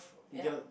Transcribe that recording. ya